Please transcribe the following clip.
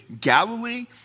Galilee